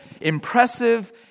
impressive